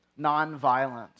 nonviolence